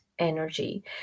energy